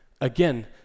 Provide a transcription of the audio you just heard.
again